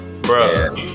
Bro